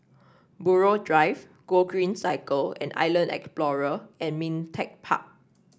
Buroh Drive Gogreen Cycle and Island Explorer and Ming Teck Park